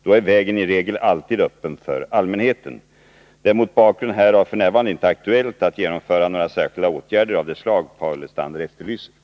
Då är vägen i regel alltid öppen för allmänheten. Det är mot bakgrund härav f. n. inte aktuellt att genomföra några särskilda åtgärder av det slag Paul Lestander efterlyser.